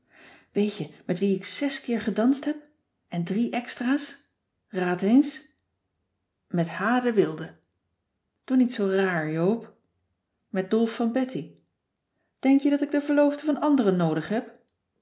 weet je met wien ik zes keer gedanst heb en drie extra's raad eens met h de wilde doe niet zoo raar joop met dolf van betty denk je dat ik de verloofde van anderen noodig heb